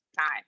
time